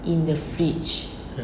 in the fridge